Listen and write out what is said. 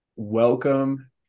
welcome